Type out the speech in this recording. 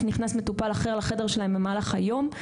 נכנס מטופל אחר לחדר שלהם במהלך היום,